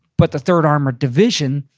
but the third armored division,